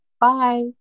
bye